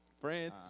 France